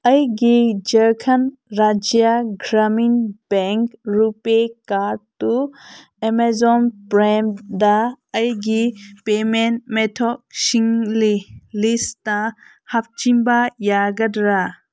ꯑꯩꯒꯤ ꯖꯔꯈꯟ ꯔꯥꯎꯖ꯭ꯌꯥ ꯒ꯭ꯔꯥꯃꯤꯟ ꯕꯦꯡ ꯔꯨꯄꯦ ꯀꯥꯔꯠꯇꯨ ꯑꯦꯃꯦꯖꯣꯟ ꯄ꯭ꯔꯥꯏꯝꯗ ꯑꯩꯒꯤ ꯄꯦꯃꯦꯟ ꯃꯦꯊꯣꯛ ꯁꯤꯡꯒꯤ ꯂꯤꯁꯇ ꯍꯥꯞꯆꯤꯟꯕ ꯌꯥꯒꯗ꯭ꯔꯥ